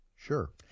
Sure